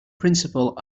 principle